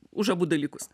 už abu dalykus